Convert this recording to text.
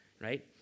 Right